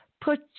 put